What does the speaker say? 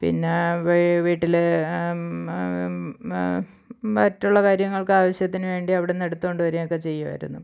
പിന്ന വീ വീട്ടിൽ മറ്റുള്ള കാര്യങ്ങള്ക്ക് ആവശ്യത്തിന് വേണ്ടി അവിടുന്ന് എടുത്തുകൊണ്ട് വരിക ഒക്കെ ചെയ്യുമായിരുന്നു